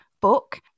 book